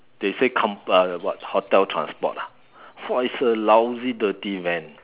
they say comp~ uh what hotel transport ah !wah! it's a lousy dirty van